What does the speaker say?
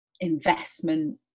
investment